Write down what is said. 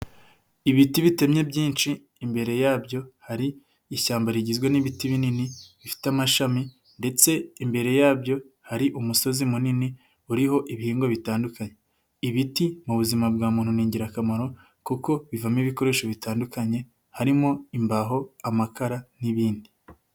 Ibiti bitemye byinshi, imbere yabyo hari ishyamba rigizwe n'ibiti binini, bifite amashami ndetse imbere yabyo hari umusozi munini uriho ibihingwa bitandukanye, ibiti mu buzima bwa muntu ni ingirakamaro kuko ivamo ibikoresho bitandukanye, harimo imbaho, amakara n'ibindi.